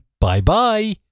bye-bye